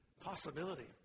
possibility